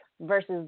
versus